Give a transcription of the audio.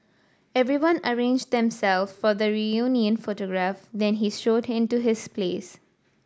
everyone arranged them self for the reunion photograph then he strode in to his place